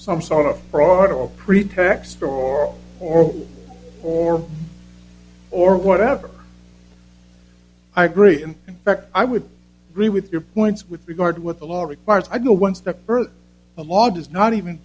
some sort of fraud or pretext or horrible or or whatever i agree in fact i would agree with your points with regard to what the law requires i go one step further the law does not even